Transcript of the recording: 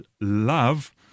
love